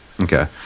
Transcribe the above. Okay